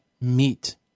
meet